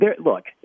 Look